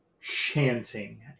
chanting